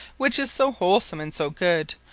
which is so wholesome, and so good,